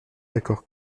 d’accord